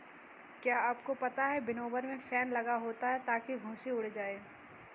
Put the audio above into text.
क्या आपको पता है विनोवर में फैन लगा होता है ताकि भूंसी उड़ जाए?